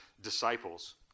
disciples